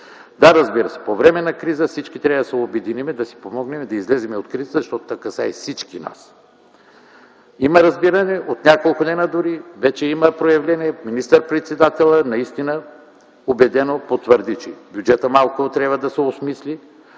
Да, разбира се, по време на криза всички трябва да се обединим, да си помогнем да излезем от кризата, защото тя касае всички нас. Има разбиране. От няколко дни дори вече има проявление. Министър-председателя, наистина убедено потвърди, че бюджетът малко трябва да се осмисли,